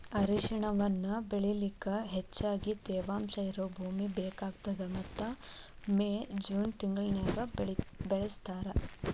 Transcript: ಅರಿಶಿಣವನ್ನ ಬೆಳಿಲಿಕ ಹೆಚ್ಚಗಿ ತೇವಾಂಶ ಇರೋ ಭೂಮಿ ಬೇಕಾಗತದ ಮತ್ತ ಮೇ, ಜೂನ್ ತಿಂಗಳನ್ಯಾಗ ಬೆಳಿಸ್ತಾರ